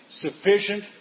sufficient